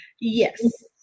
Yes